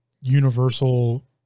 universal